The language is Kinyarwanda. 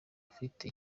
afite